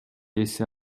ээси